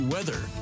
Weather